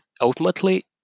ultimately